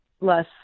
less